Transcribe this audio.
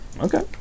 okay